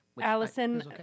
Allison